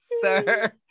sir